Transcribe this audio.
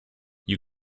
you